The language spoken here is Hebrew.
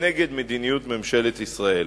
כנגד מדיניות ממשלת ישראל.